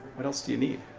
what else do you need?